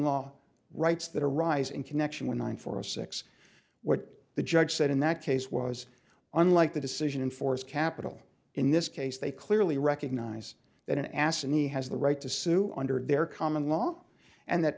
law rights that arise in connection with nine four zero six what the judge said in that case was unlike the decision in force capital in this case they clearly recognize that an ass and he has the right to sue under their common law and that